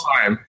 time